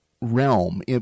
realm